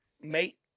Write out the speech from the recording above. mate